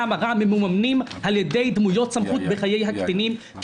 ההמרה ממומנים על ידי דמויות סמכות בחיי הקטינים,